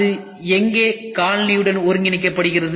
அது எங்கே காலணியுடன் ஒருங்கிணைக்கப்படுகிறது